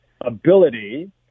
ability